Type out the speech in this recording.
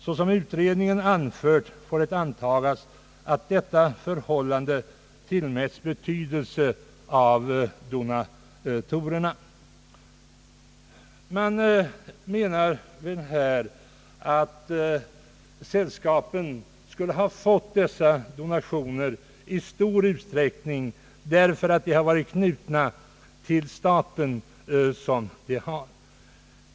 Såsom utredningen anfört får det antagas att detta förhållande tillmätts betydelse av donatorerna.» Man torde mena, att sällskapen i stor utsträckning skulle ha fått dessa donationer därför att de varit knutna till staten på sätt som skett.